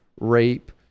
rape